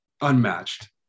unmatched